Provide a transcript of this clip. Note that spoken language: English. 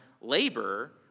labor